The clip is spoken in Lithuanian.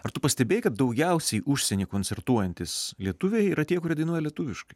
ar tu pastebėjai kad daugiausiai užsienyje koncertuojantys lietuviai yra tie kurie dainuoja lietuviškai